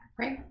right